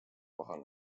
kohal